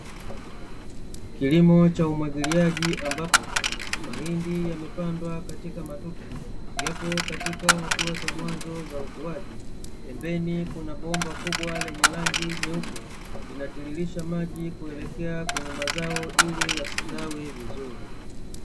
Kilimo cha umwagiliaji, ambapo mahindi yamepandwa katika matuta, yapo katika hatua za mwanzo za ukuaji, pembeni kuna bomba kubwa lenye rangi nyeupe, linatiririsha maji kuelekea kwenye mazao ili yastawi vizuri.